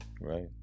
right